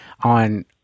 on